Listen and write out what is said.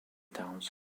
towns